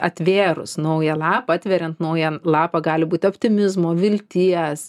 atvėrus naują lapą atveriant naują lapą gali būt optimizmo vilties